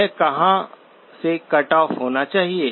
यह कहां से कट ऑफ होना चाहिए